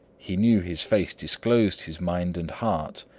he knew his face disclosed his mind and heart,